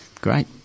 Great